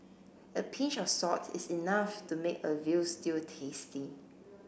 a pinch of salt is enough to make a veal stew tasty